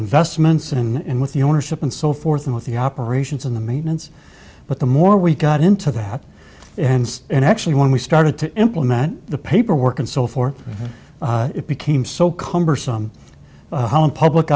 investments and with the ownership and so forth and with the operations in the maintenance but the more we got into the hat and actually when we started to implement the paperwork and so forth it became so cumbersome public